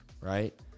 right